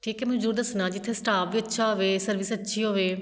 ਠੀਕ ਹੈ ਮੈਨੂੰ ਜ਼ਰੂਰ ਦੱਸਣਾ ਜਿੱਥੇ ਸਟਾਫ ਵੀ ਅੱਛਾ ਹੋਵੇ ਸਰਵਿਸ ਅੱਛੀ ਹੋਵੇ